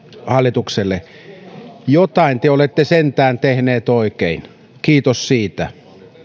hallitukselle jotain te olette sentään tehneet oikein kiitos siitä